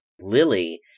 Lily